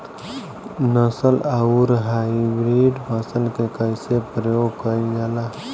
नस्ल आउर हाइब्रिड फसल के कइसे प्रयोग कइल जाला?